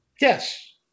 Yes